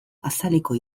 azaleko